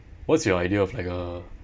what's your idea of like uh